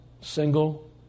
single